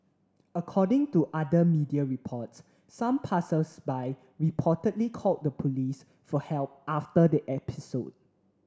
according to other media reports some passersby reportedly called the police for help after the episode